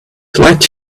light